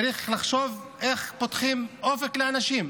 צריך לחשוב איך פותחים אופק לאנשים.